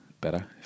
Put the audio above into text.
better